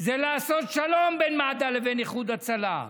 זה לעשות שלום בין מד"א לבין איחוד הצלה.